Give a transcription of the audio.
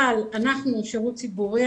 אבל אנחנו שירות ציבורי,